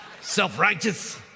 Self-righteous